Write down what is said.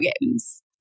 games